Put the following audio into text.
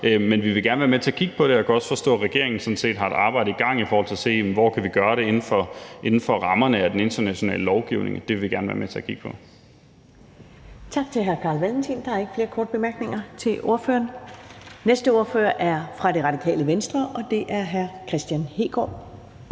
men vi vil gerne være med til at kigge på det. Jeg kan også forstå, at regeringen sådan set har et arbejde i gang i forhold til at se, hvor vi kan gøre det inden for rammerne af den internationale lovgivning, og det vil vi gerne være med til at kigge på. Kl. 10:27 Første næstformand (Karen Ellemann): Tak til hr. Carl Valentin. Der er ikke flere korte bemærkninger til ordføreren. Den næste ordfører er fra Det Radikale Venstre, og det er hr. Kristian Hegaard.